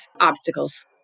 obstacles